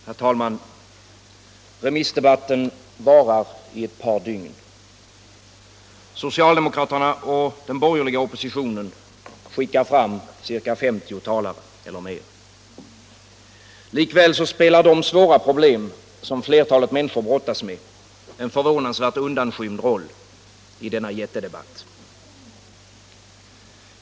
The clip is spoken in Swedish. Herr talman! Den allmänpolitiska debatten varar i ett par dygn. Socialdemokraterna och den borgerliga oppositionen skickar fram ca 50 talare eller mer. Likväl spelar de svåra problem som flertalet människor brottas med en förvånansvärt undanskymd roll i denna jättedebatt.